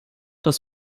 das